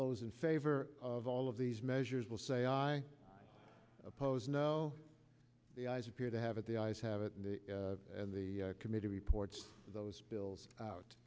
those in favor of all of these measures will say i oppose no the eyes appear to have it the ayes have it and the committee reports those bills out